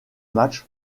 match